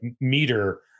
meter